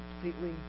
completely